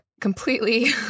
completely